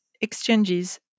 exchanges